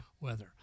weather